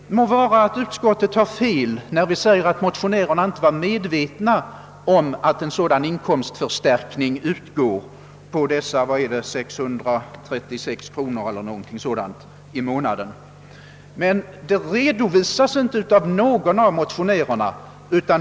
Det må vara att utskottet har fel när det skriver att motionärerna inte är medvetna om att en sådan inkomstförstärkning utgår med 636 kronor i månaden, men den saken redovisas inte av någon av motionärerna.